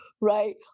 right